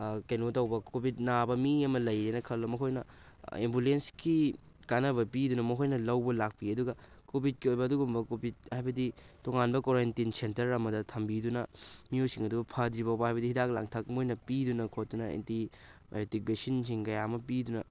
ꯀꯩꯅꯣ ꯇꯧꯕ ꯀꯣꯚꯤꯗ ꯅꯥꯕ ꯃꯤ ꯑꯃ ꯂꯩꯔꯦꯅ ꯈꯜꯂꯣ ꯃꯈꯣꯏꯅ ꯑꯦꯝꯕꯨꯂꯦꯟꯁꯀꯤ ꯀꯥꯟꯅꯕ ꯄꯤꯗꯨꯅ ꯃꯈꯣꯏꯅ ꯂꯧꯕ ꯂꯥꯛꯄꯤ ꯑꯗꯨꯒ ꯀꯣꯚꯤꯗꯀꯤ ꯑꯣꯏꯕ ꯑꯗꯨꯒꯨꯝꯕ ꯀꯣꯚꯤꯗ ꯍꯥꯏꯕꯗꯤ ꯇꯣꯉꯥꯟꯕ ꯀ꯭ꯋꯥꯔꯟꯇꯤꯟ ꯁꯦꯟꯇꯔ ꯑꯃꯗ ꯊꯝꯕꯤꯗꯨꯅ ꯃꯤꯑꯣꯏꯁꯤꯡ ꯑꯗꯨꯕꯨ ꯐꯗ꯭ꯔꯤ ꯐꯥꯎꯕ ꯍꯥꯏꯕꯗꯤ ꯍꯤꯗꯥꯛ ꯂꯥꯡꯊꯛ ꯃꯣꯏꯅ ꯄꯤꯗꯨꯅ ꯈꯣꯠꯇꯨꯅ ꯑꯦꯟꯇꯤ ꯍꯥꯏꯗꯤ ꯚꯦꯛꯁꯤꯟꯁꯤꯡ ꯀꯌꯥ ꯑꯃ ꯄꯤꯗꯨꯅ